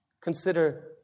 Consider